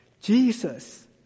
Jesus